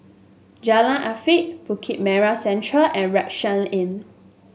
Jalan Arif Bukit Merah Central and Rucksack Inn